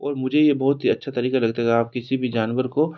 और मुझे यह बहुत ही अच्छा तरीक़ा लगता है अगर आप किसी भी जानवर को